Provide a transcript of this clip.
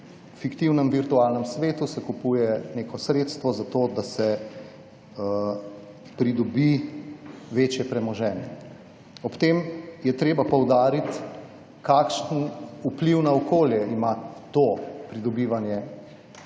fiktivnem virtualnem svetu se kupuje neko sredstvo za to, da se pridobi večje premoženje. Ob tem je treba poudariti, kakšen vpliv ima to pridobivanje premoženja